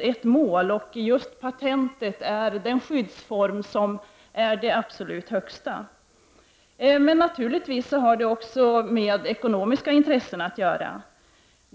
ett mål. Just patentet är den skyddsform som är det absolut högsta. Naturligtvis har det också med ekonomiska intressen att göra.